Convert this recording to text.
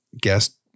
guest